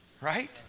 right